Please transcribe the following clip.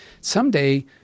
Someday